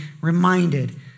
reminded